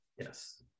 yes